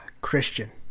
Christian